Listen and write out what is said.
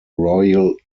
royal